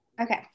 Okay